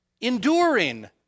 enduring